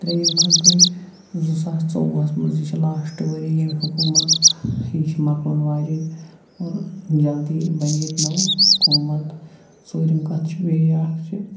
ترٛیِم کَتھ گٕے زٕ ساس ژۄوُہَس منٛز یہِ چھِ لاسٹ ؤری ییٚمہِ حکوٗمَتُک یہِ چھِ مَکلَن واجِنۍ اور جلدی بَنہِ ییٚتہِ نٕۄے حکوٗمَت ژوٗرِم کَتھ چھِ بیٚیہِ یہِ اَکھ زِ